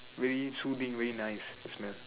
very soothing very nice the smell